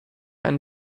einen